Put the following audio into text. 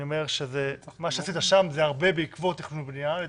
אני אומר שמה שעשית שם זה הרבה בעקבות תכנון ובנייה לדעתי,